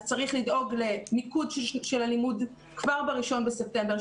אז צריך לדאוג למיקוד של הלימוד כבר ב-1 בספטמבר,